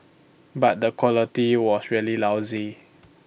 but the quality was really lousy